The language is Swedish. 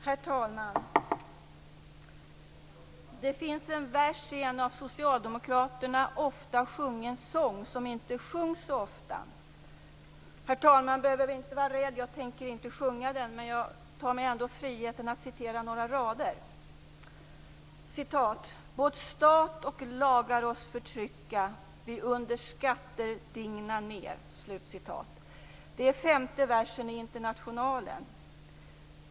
Herr talman! Det finns i en av socialdemokraterna ofta sjungen sång en vers som inte sjungs så ofta. Herr talmannen behöver inte vara rädd - jag tänker inte sjunga den - men jag tar mig ändå friheten att citera några rader: "Båd' stat och lagar oss förtrycka vi under skatter digna ner" Detta är femte versen i Internationalen.